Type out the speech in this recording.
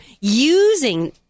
using